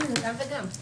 גם וגם.